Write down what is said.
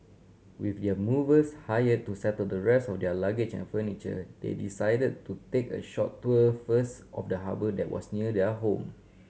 with the movers hire to settle the rest of their luggage and furniture they decided to take a short tour first of the harbour that was near their home